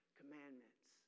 commandments